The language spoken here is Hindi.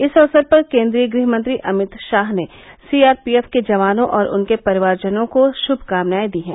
इस अवसर पर केन्द्रीय गृहमंत्री अमित शाह ने सीआरपीएफ के जवानों और उनके परिवार जनों को शुभकामनाएं दी हैं